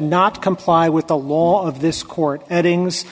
not comply with the law of this court eddings